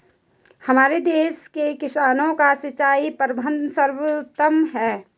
हमारे देश के किसानों का सिंचाई प्रबंधन सर्वोत्तम है